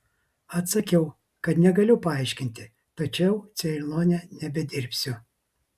atsakiau kad negaliu paaiškinti tačiau ceilone nebedirbsiu